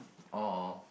oh oh